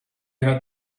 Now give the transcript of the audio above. got